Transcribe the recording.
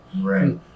Right